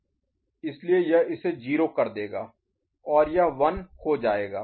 इसलिए यह इसे 0 कर देगा और यह 1 हो जाएगा